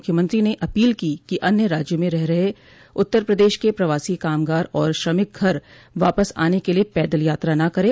मुख्यमंत्री ने अपील की कि अन्य राज्यों में रह रहे उत्तर प्रदेश के प्रवासी कामगार और श्रमिक घर वापस आने के लिए पैदल यात्रा न करें